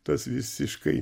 tas visiškai